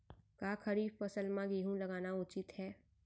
का खरीफ फसल म गेहूँ लगाना उचित है?